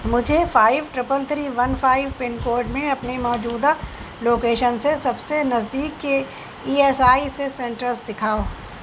مجھے five triple three one five pin code میں اپنے موجودہ لوکیشن سے سب سے نزدیک کے E S I C centres دکھاؤ